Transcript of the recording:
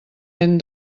ben